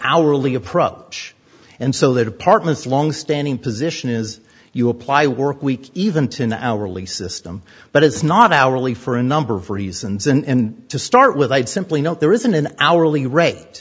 hourly approach and so their departments longstanding position is you apply work week even to an hourly system but is not hourly for a number of reasons and to start with i'd simply note there isn't an hourly rate